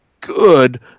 good